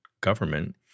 government